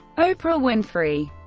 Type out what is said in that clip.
oprah winfrey